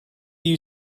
you